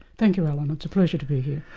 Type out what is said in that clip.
thank you, alan, it's a pleasure to be here.